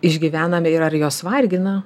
išgyvename ir ar jos vargina